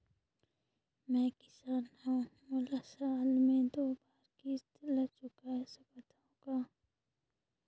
मैं किसान हव मोला साल मे दो बार किस्त ल चुकाय सकत हव का?